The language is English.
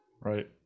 Right